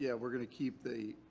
yeah we're going to keep the.